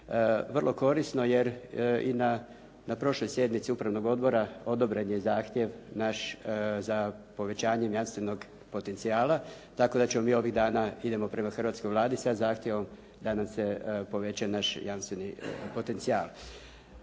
vrlo korisno, jer i na prošloj sjednici upravnog odbora odobren je zahtjev naš za povećanjem jamstvenog potencijala, tako da ćemo mi ovih dana, idemo prema hrvatskoj Vladi sa zahtjevom da nam se poveća naš jamstveni potencijal.